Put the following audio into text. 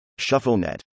ShuffleNet